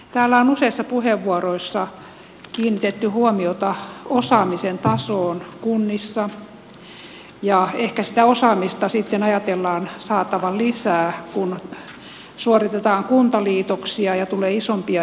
täällä on useissa puheenvuoroissa kiinnitetty huomiota osaamisen tasoon kunnissa ja ehkä sitä osaamista sitten ajatellaan saatavan lisää kun suoritetaan kuntaliitoksia ja tulee isompia yksiköitä